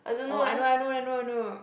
oh I know I know I know I know